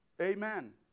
Amen